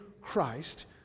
Christ